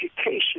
education